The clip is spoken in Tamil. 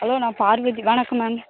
ஹலோ நான் பார்வதி வணக்கம் மேம்